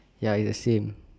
ya it's the same